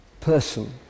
person